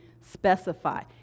specify